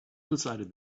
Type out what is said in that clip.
decided